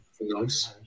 nice